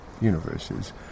universes